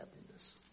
happiness